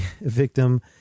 victim